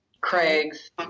Craig's